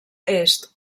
est